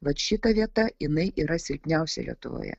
vat šita vieta jinai yra silpniausia lietuvoje